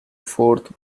fourth